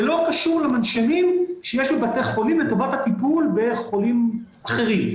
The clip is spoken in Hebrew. זה לא קשור למנשמים שיש בבתי החולים לטובת הטיפול בחולים אחרים.